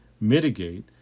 mitigate